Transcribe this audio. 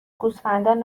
گوسفندان